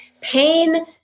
pain